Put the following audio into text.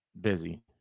busy